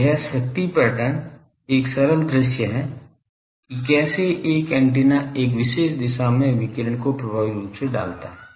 तो यह शक्ति पैटर्न एक सरल दृश्य है कि कैसे एक एंटीना एक विशेष दिशा में विकिरण को प्रभावी रूप से डालता है